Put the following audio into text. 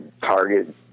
target